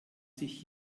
sich